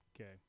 Okay